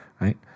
right